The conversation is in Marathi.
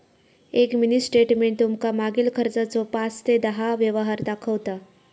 एक मिनी स्टेटमेंट तुमका मागील खर्चाचो पाच ते दहा व्यवहार दाखवता